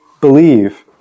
believe